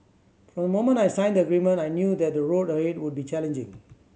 from the moment I signed the agreement I knew that the road ahead would be challenging